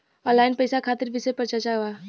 Online पैसा खातिर विषय पर चर्चा वा?